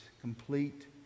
Complete